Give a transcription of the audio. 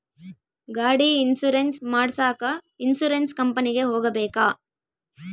ಗಾಡಿ ಇನ್ಸುರೆನ್ಸ್ ಮಾಡಸಾಕ ಇನ್ಸುರೆನ್ಸ್ ಕಂಪನಿಗೆ ಹೋಗಬೇಕಾ?